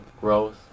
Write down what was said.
growth